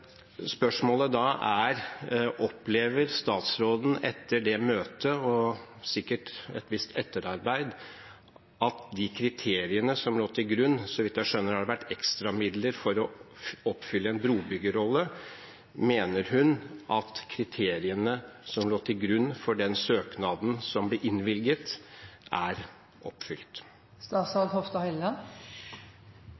møtet, og sikkert et visst etterarbeid, at de kriteriene som lå til grunn for den søknaden – som er innvilget, og som så vidt jeg skjønner, har vært ekstramidler for å oppfylle en brobyggerrolle – er oppfylt? Det er det jeg satte i gang et arbeid med i forrige uke, som juristene i departementet nå er